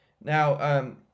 now –